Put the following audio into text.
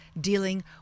dealing